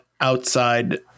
outside